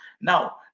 now